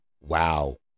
Wow